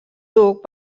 duc